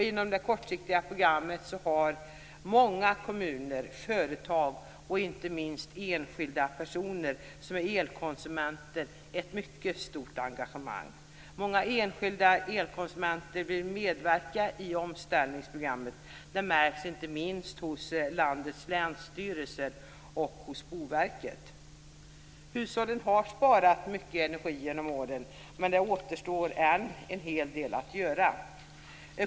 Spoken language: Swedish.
Inom det kortsiktiga programmet har många kommuner, företag och inte minst enskilda personer som är elkonsumenter visat ett mycket stort engagemang. Många enskilda elkonsumenter vill medverka i omställningsprogrammen. Det märks inte minst hos landets länsstyrelser och hos Boverket. Hushållen har genom åren sparat mycket energi, men än återstår det en hel del att göra.